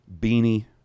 beanie